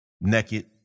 naked